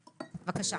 בבקשה.